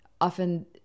often